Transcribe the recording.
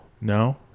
no